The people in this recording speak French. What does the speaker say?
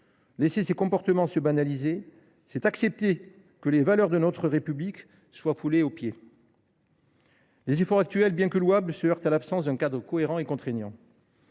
Laisser ces comportements se banaliser, c’est accepter que les valeurs de notre République soient foulées aux pieds. Les efforts actuels, bien que louables, restent insuffisants faute d’un cadre cohérent et contraignant.